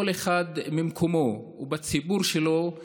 כל אחד ממקומו ובציבור שלו,